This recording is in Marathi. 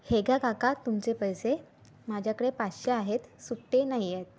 हे घ्या काका तुमचे पैसे माज्याकडे पाचशे आहेत सुट्टे नाही आहेत